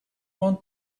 want